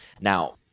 Now